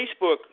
Facebook